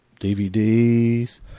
DVDs